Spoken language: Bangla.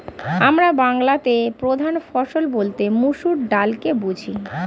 আমরা বাংলাতে প্রধান ফসল বলতে মসুর ডালকে বুঝি